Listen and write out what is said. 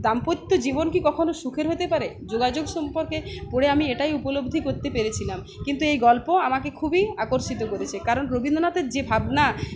দাম্পত্য জীবন কি কখনো সুখের হতে পারে যোগাযোগ সম্পর্কে পড়ে আমি এটাই উপলব্ধি করতে পেরেছিলাম কিন্তু এই গল্প আমাকে খুবই আকর্ষিত করেছে কারণ রবীন্দ্রনাথের যে ভাবনা